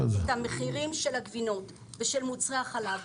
את המחירים של הגבינות ושל מוצרי החלב.